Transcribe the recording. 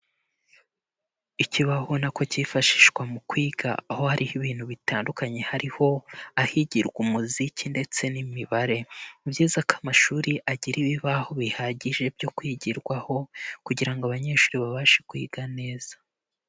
Ikibaho ubonako cyifashishwa mu kwiga aho hariho ibintu bitandukanye hariho ahigirwa umuziki ndetse n'imibare, ni byiza ko amashuri agira ibibaho bihagije byo kwigirwaho kugira ngo abanyeshuri babashe kwiga neza.